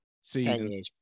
season